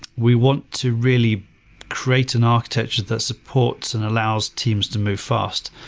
we want to really create an architecture that supports and allows teams to move fast.